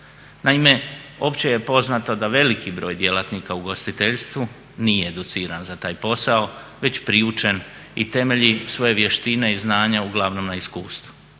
Naime, opće je poznato da veliki broj djelatnika u ugostiteljstvu nije educiran za taj posao već priučen i temelji svoje vještine i znanja uglavnom na iskustvu.